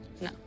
No